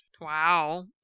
Wow